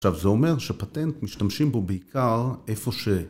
עכשיו זה אומר שפטנט משתמשים בו בעיקר איפה ש...